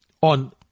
on